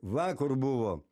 va kur buvom